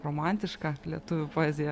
romantiška lietuvių poezija